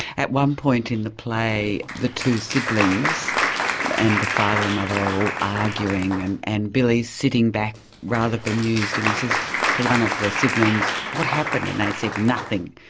at one point in the play the two siblings and the father and mother are all arguing and and billy's sitting back rather bemused, and he says to one of the siblings, what happened? and they said, nothing!